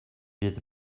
fydd